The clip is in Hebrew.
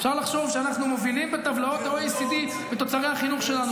אפשר לחשוב שאנחנו מובילים בטבלאות ה-OECD בתוצרי החינוך שלנו,